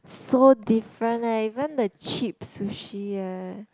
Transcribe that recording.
so different eh even the cheap sushi eh